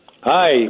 Hi